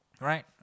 Right